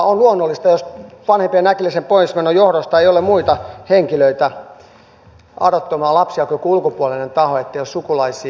on luonnollista jos vanhempien äkillisen poismenon johdosta ei ole muita henkilöitä adoptoimaan lapsia kuin joku ulkopuolinen taho ettei ole sukulaisia